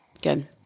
Good